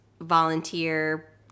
volunteer